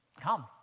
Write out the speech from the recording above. Come